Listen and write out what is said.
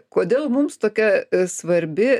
kodėl mums tokia svarbi